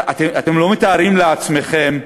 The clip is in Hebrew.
אתם לא מתארים לעצמכם,